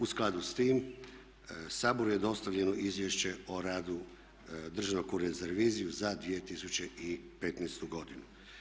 U skladu s tim Saboru je dostavljeno izvješće o radu Državnog ureda za reviziju za 2015. godinu.